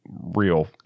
real